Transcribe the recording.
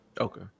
Okay